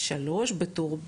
זה נאמר כאן.